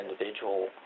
individual